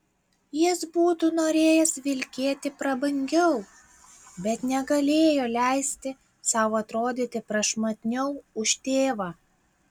jis būtų norėjęs vilkėti prabangiau bet negalėjo leisti sau atrodyti prašmatniau už tėvą